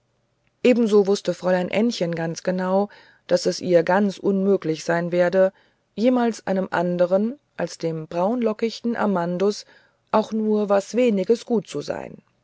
ebenso wußte fräulein ännchen ganz genau daß es ihr ganz unmöglich sein werde jemals einem andern als dem braunlockichten amandus auch nur was weniges gut zu sein